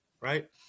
right